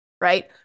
right